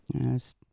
Yes